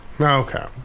Okay